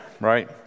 right